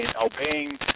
obeying